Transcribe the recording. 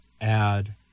add